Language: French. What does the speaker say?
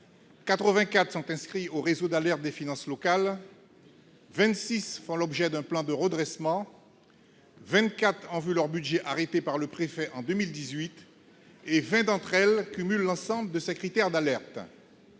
84 sont inscrites au réseau d'alerte des finances locales, 26 font l'objet d'un plan de redressement, 24 ont vu leur budget arrêté par le préfet en 2018 et 20 d'entre elles cumulent l'ensemble de ces critères d'alerte.